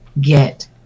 get